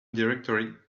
directory